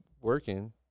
working